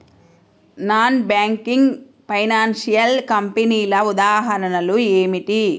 Non banking financial కంపెనీల ఉదాహరణలు ఏమిటి?